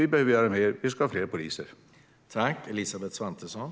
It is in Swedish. Vi behöver göra mer. Vi ska ha fler poliser.